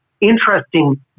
interesting